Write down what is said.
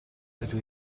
rydw